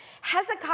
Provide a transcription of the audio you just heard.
Hezekiah